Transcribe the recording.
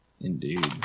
Indeed